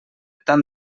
tant